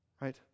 right